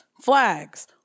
flags